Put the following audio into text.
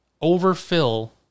overfill